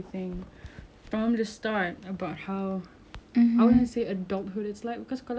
I wouldn't say adulthood is like cause kalau adulthood we don't usually care about people right